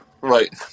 Right